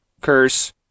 Curse